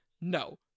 No